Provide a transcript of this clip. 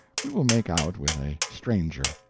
we will make out with a stranger.